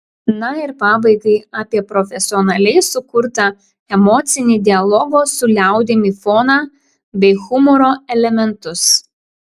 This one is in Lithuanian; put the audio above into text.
na ir pabaigai apie profesionaliai sukurtą emocinį dialogo su liaudimi foną bei humoro elementus